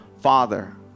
Father